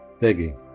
begging